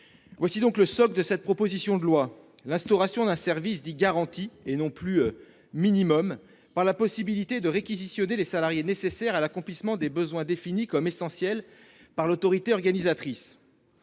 ... Le socle de cette proposition de loi, c'est l'instauration d'un service dit « garanti », et non plus « minimum », par la possibilité de réquisitionner les salariés nécessaires à l'accomplissement des besoins définis comme essentiels par l'autorité organisatrice.